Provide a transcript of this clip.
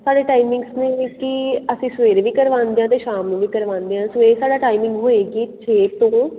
ਸਾਡੇ ਟਾਈਮਿੰਗਸ ਨੇ ਕਿ ਅਸੀਂ ਸਵੇਰੇ ਵੀ ਕਰਵਾਉਂਦੇ ਹਾਂ ਅਤੇ ਸ਼ਾਮ ਨੂੰ ਵੀ ਕਰਵਾਉਂਦੇ ਹਾਂ ਸਵੇਰੇ ਸਾਡਾ ਟਾਈਮਿੰਗ ਹੋਏਗੀ ਛੇ ਤੋਂ